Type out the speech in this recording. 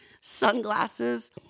sunglasses